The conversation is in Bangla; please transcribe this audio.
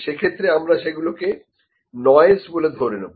সে ক্ষেত্রে আমরা সেগুলো কে নয়েসবলে ধরে নেব